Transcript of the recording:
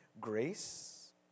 grace